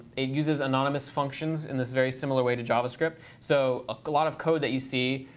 it uses anonymous functions in this very similar way to javascript. so, a lot of code that you see,